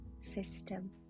system